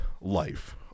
life